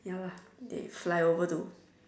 ya lah they fly over to